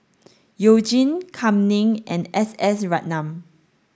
You Jin Kam Ning and S S Ratnam